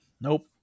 Nope